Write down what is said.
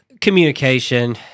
Communication